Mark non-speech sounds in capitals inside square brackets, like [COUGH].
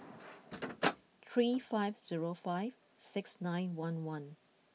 [NOISE] three five zero five six nine one one